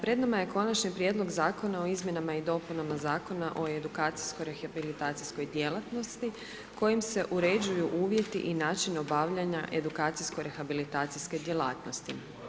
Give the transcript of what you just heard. Pred nama je Konačni prijedlog Zakona o izmjenama i dopunama Zakona o edukacijsko-rehabilitacijskoj djelatnosti, kojim se uređuju uvjeti i način obavljanja edukacijsko-rehabilitacijske djelatnosti.